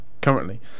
currently